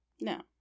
No